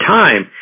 time